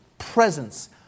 Presence